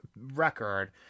record